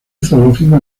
zoológico